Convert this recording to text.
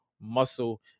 muscle